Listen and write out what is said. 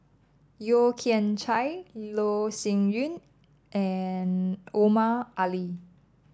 Yeo Kian Chye Loh Sin Yun and Omar Ali